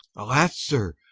alas sir,